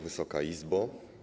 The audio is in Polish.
Wysoka Izbo!